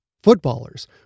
Footballers